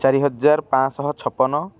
ଚାରି ହଜାର ପାଞ୍ଚଶହ ଛପନ